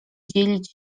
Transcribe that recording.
dzielić